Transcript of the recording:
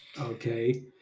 Okay